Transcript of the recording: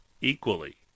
Equally